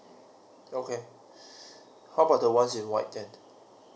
okay how about the ones in white then